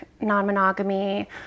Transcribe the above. non-monogamy